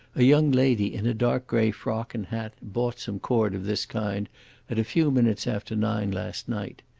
a young lady in a dark-grey frock and hat bought some cord of this kind at a few minutes after nine last night.